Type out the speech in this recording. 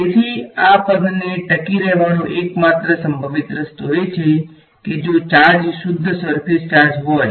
તેથી આ પદ ને ટકી રહેવાનો એકમાત્ર સંભવિત રસ્તો એ છે કે જો ચાર્જ શુદ્ધ સર્ફેસ ચાર્જ હોય